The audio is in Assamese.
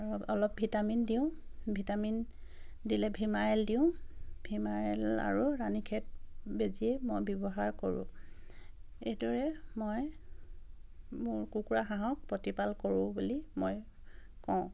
অলপ ভিটামিন দিওঁ ভিটামিন দিলে ভিমা এল দিওঁ ভিমা এল আৰু ৰাণী খেত বেজীয়ে মই ব্যৱহাৰ কৰোঁ এইদৰে মই মোৰ কুকুৰা হাঁহক প্ৰতিপাল কৰোঁ বুলি মই কওঁ